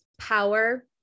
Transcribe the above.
power